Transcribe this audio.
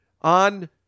on